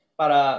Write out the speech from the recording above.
para